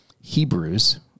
Hebrews